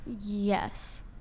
Yes